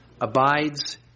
abides